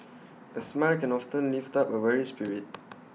A smile can often lift up A weary spirit